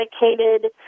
dedicated